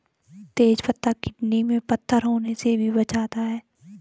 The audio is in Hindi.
तेज पत्ता किडनी में पत्थर होने से भी बचाता है